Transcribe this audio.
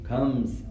comes